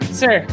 sir